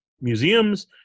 museums